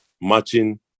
Matching